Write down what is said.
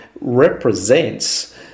represents